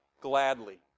gladly